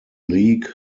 league